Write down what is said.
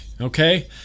okay